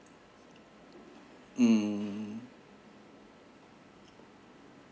mm